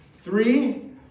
three